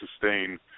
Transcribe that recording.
sustain